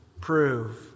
prove